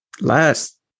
last